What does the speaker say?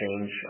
change